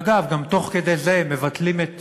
אגב, גם תוך כדי זה מבטלים את